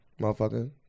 Motherfucker